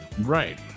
Right